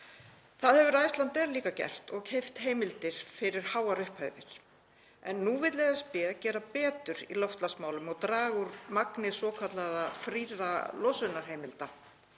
Það hefur Icelandair líka gert og keypt heimildir fyrir háar upphæðir. En nú vill ESB að gera betur í loftslagsmálum og draga úr magni svokallaða frírra losunarheimilda.